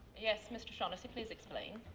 yes, mr. shaughnessy. please explain.